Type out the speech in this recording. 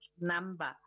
number